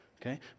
okay